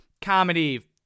comedy